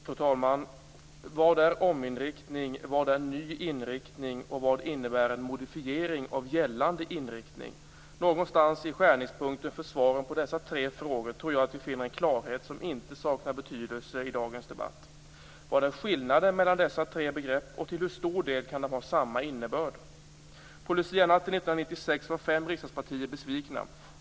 Fru talman! Vad är ominriktning? Vad är ny inriktning? Vad innebär en modifiering av gällande inriktning? Någonstans mitt i skärningspunkten för svaren på dessa tre frågor tror jag att vi finner en klarhet som inte saknar betydelse i dagens debatt. Vad är skillnaden mellan dessa tre begrepp, och till hur stor del kan de ha samma innebörd? På Lucianatten 1996 var fem riksdagspartier besvikna.